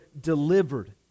delivered